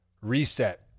reset